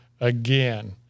again